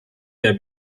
der